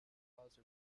cause